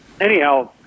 anyhow